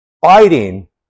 fighting